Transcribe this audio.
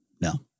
No